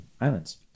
islands